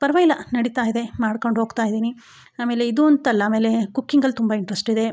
ಪರ್ವಾಗಿಲ್ಲ ನಡೀತಾ ಇದೆ ಮಾಡ್ಕೊಂಡು ಹೋಗ್ತಾ ಇದ್ದೀನಿ ಆಮೇಲೆ ಇದು ಅಂತ ಅಲ್ಲ ಆಮೇಲೆ ಕುಕ್ಕಿಂಗಲ್ಲಿ ತುಂಬ ಇಂಟ್ರೆಸ್ಟ್ ಇದೆ